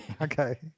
Okay